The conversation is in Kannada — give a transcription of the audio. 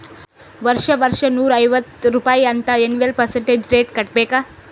ವರ್ಷಾ ವರ್ಷಾ ನೂರಾ ಐವತ್ತ್ ರುಪಾಯಿ ಅಂತ್ ಎನ್ವಲ್ ಪರ್ಸಂಟೇಜ್ ರೇಟ್ ಕಟ್ಟಬೇಕ್